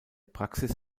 praxis